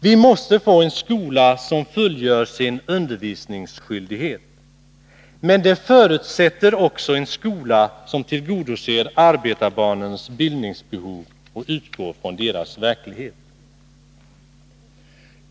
Vi måste få en skola som fullgör sin undervisningsskyldighet. Men det förutsätter också en skola som tillgodoser arbetarbarnens bildningsbehov och utgår från deras verklighet.